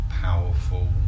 powerful